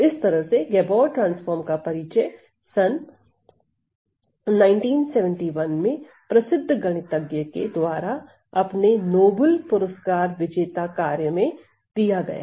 तो इस तरह से गैबोर ट्रांसफार्म का परिचय सन् 1971 में प्रसिद्ध गणितज्ञ के द्वारा अपने नोबेल पुरस्कार विजेता कार्य में दिया गया